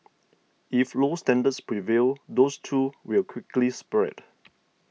if low standards prevail those too will quickly spread